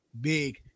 big